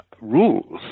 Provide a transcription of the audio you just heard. rules